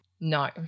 No